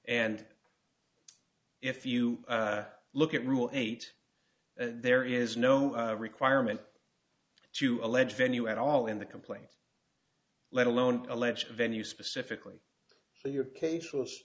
and if you look at rule eight there is no requirement to allege venue at all in the complaint let alone allege venue specifically so your case was